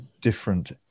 different